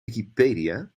wikipedia